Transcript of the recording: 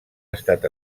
estat